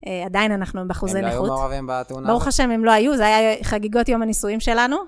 עדיין אנחנו עם בחוזי נכות. הם לא היו מעורבים בתאונה. ברוך השם, אם לא היו, זה היה חגיגות יום הנישואים שלנו.